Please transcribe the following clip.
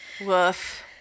Woof